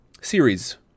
Series